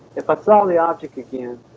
if i saw the object again